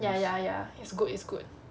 ya ya ya it's good it's good